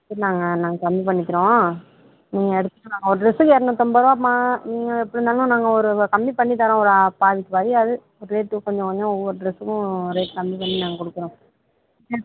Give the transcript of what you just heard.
சரி நாங்கள் நாங்கள் கம்மி பண்ணிக்கிறோம் நீங்கள் எடுத்துவிட்டு வாங்க ஒரு ட்ரெஸ்ஸுக்கு இரநூத்தம்பதுருவாம்மா நீங்க எப்படி இருந்தாலும் நாங்கள் ஒரு கம்மி பண்ணித் தரோம் ஒரு பாதிக்கு பாதியாவது ஒரு ரேட்டு கொஞ்சம் கொஞ்சம் ஒவ்வொரு ட்ரெஸ்ஸுக்கும் ரேட்டு கம்மி பண்ணி நாங்கள் கொடுக்குறோம் ம்